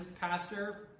pastor